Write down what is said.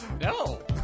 No